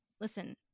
listen